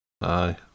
Aye